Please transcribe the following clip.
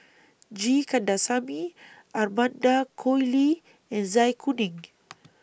G Kandasamy Amanda Koe Lee and Zai Kuning